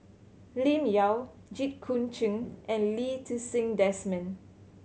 Lim Yau Jit Koon Ch'ng and Lee Ti Seng Desmond